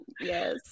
yes